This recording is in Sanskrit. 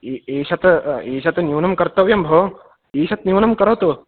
ई ईषत् ईषत् न्यूनं कर्तव्यं भो ईषत् न्यूनं करोतु